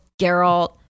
Geralt